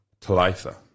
Talitha